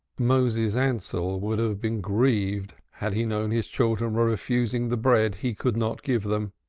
moses ansell would have been grieved had he known his children were refusing the bread he could not give them.